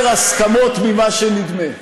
לפעמים יש בינינו הרבה יותר הסכמות ממה שנדמה.